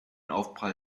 aufprall